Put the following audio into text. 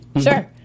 Sure